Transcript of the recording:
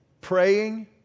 praying